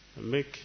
Make